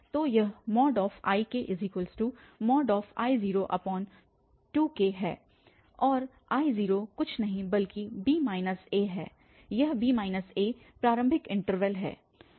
तो यह IkI02k है और I0 कुछ नहीं बल्कि b a है यह b a प्रारंभिक इन्टरवल है